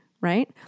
right